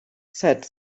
said